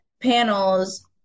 panels